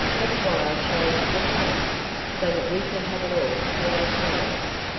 that's why i chose the summer so that we could have it all to ourselves.